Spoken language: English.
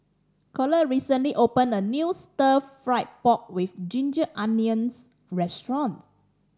Collette recently opened a new Stir Fry pork with ginger onions restaurant